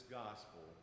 gospel